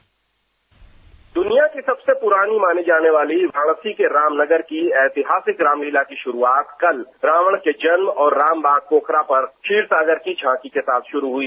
bite दुनिया की सबसे पुरानी माने जाने वाली भारत की रामनगर की ऐतिहासिक रामलीला की शुरुआत कल रावण के जन्म और रामबाग पोखरा पर क्षीर सागर की झांकी के साथ शुरु हुई